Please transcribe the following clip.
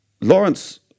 Lawrence